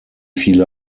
viele